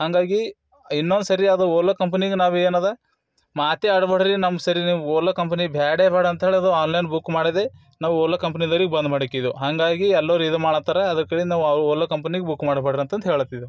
ಹಂಗಾಗಿ ಇನ್ನೊಂದ್ಸರಿ ಅದು ಓಲೋ ಕಂಪನಿಗೆ ನಾವು ಏನೇ ಅದ ಮಾತೇ ಆಡಬೇಡ್ರಿ ನಮ್ಮ ಸರಿ ನೀವು ಓಲೋ ಕಂಪನಿ ಬ್ಯಾಡೆ ಬೇಡ ಅಂತೇಳಿ ಅದು ಆನ್ಲೈನ್ ಬುಕ್ ಮಾಡಿದೆ ನಾವು ಓಲೋ ಕಂಪನಿದವ್ರಿಗೆ ಬಂದ್ ಮಾಡಿ ಹಾಕಿದೆವು ಹಾಗಾಗಿ ಎಲ್ಲರು ಇದು ಮಾಡತ್ತಾರೆ ಅದರ ಕಡೆಂದ ನಾವು ಓಲೋ ಕಂಪನಿಗೆ ಬುಕ್ ಮಾಡಬೇಡ್ರಿ ಅಂತಂತ ಹೇಳತ್ತಿದೆವು